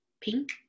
pink